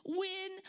win